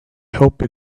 hope